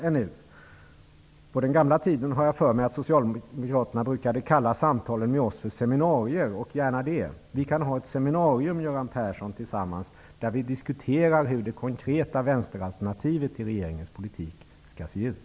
Jag har hört att socialdemokraterna på den gamla tiden brukade kalla samtalen med oss för seminarier, och gärna det. Vi kan ha ett seminarium tillsammans, Göran Persson, där vi diskuterar hur det konkreta vänsteralternativet till regeringens politik skall se ut.